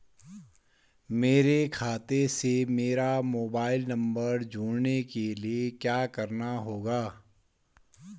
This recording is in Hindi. मेरे खाते से मेरा मोबाइल नम्बर जोड़ने के लिये क्या करना होगा?